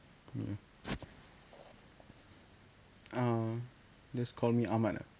ya uh just call me ahmad lah